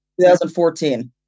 2014